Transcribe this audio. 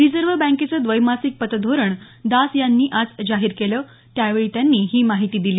reserve बँकेचं द्वैमासिक पतधोरण दास यांनी आज जाहीर केलं त्यावेळी त्यांनी ही माहिती दिली